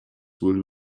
will